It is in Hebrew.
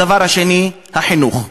הדבר השני, החינוך.